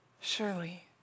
Surely